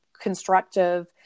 constructive